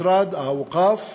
משרד האווקאף,